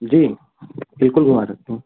जी बिल्कुल घुमा सकते हैं